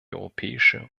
europäische